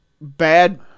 bad